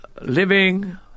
Living